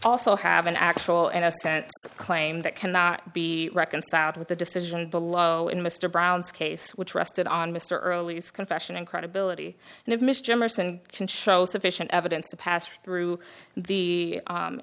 also have an actual as to claim that cannot be reconciled with the decision below in mr brown's case which rested on mr earlies confession and credibility and if mr marson can show sufficient evidence to pass through the